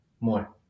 more